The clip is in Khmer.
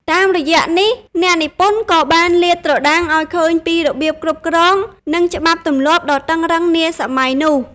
តាមរយៈនេះអ្នកនិពន្ធក៏បានលាតត្រដាងឲ្យឃើញពីរបៀបគ្រប់គ្រង និងច្បាប់ទម្លាប់ដ៏តឹងតែងនាសម័យនោះ។